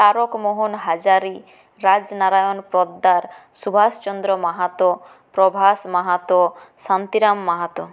Tarakmohan Hazari Rajnarayan Poddar Subhashchandra Mahato Prabhash Mahato Shantiram Mahato